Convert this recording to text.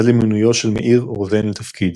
עד למינויו של מאיר רוזן לתפקיד.